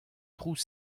trouz